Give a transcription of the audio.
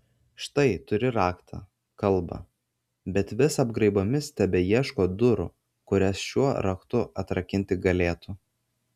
štai turi raktą kalbą bet vis apgraibomis tebeieško durų kurias šiuo raktu atrakinti galėtų